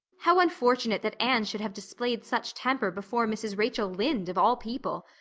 how unfortunate that anne should have displayed such temper before mrs. rachel lynde, of all people!